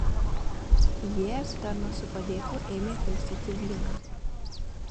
įėjęs tarnas su padėklu ėmė pilstyti vyną